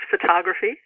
Photography